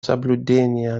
соблюдения